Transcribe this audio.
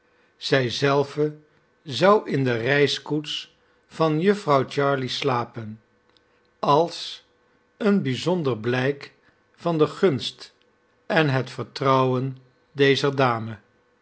zij zelve zou in de reiskoets van jufvrouw jarley slapen als een bijzonder blijk van de gunst en het vertrouwen dezer dame